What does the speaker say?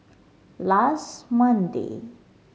last Monday